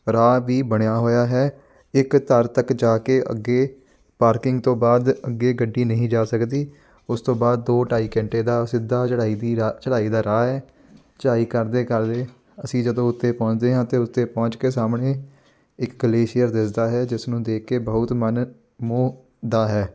ਰਾਹ ਵੀ ਬਣਿਆ ਹੋਇਆ ਹੈ ਇੱਕ ਧਰ ਤੱਕ ਜਾ ਕੇ ਅੱਗੇ ਪਾਰਕਿੰਗ ਤੋਂ ਬਾਅਦ ਅੱਗੇ ਗੱਡੀ ਨਹੀਂ ਜਾ ਸਕਦੀ ਉਸ ਤੋਂ ਬਾਅਦ ਦੋ ਢਾਈ ਘੰਟੇ ਦਾ ਸਿੱਧਾ ਚੜ੍ਹਾਈ ਦੀ ਰਾ ਚੜ੍ਹਾਈ ਦਾ ਰਾਹ ਹੈ ਚੜ੍ਹਾਈ ਕਰਦੇ ਕਰਦੇ ਅਸੀਂ ਜਦੋਂ ਉੱਤੇ ਪਹੁੰਚਦੇ ਹਾਂ ਤਾਂ ਉੱਥੇ ਪਹੁੰਚ ਕੇ ਸਾਹਮਣੇ ਇੱਕ ਗਲੇਸ਼ੀਅਰ ਦਿੱਸਦਾ ਹੈ ਜਿਸਨੂੰ ਦੇਖ ਕੇ ਬਹੁਤ ਮਨ ਮੋਹ ਦਾ ਹੈ